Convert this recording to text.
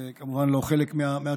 זה כמובן לא חלק מהתשובה.